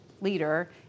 Leader